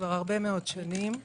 כבר שנים רבות מאוד.